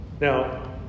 Now